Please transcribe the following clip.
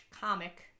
comic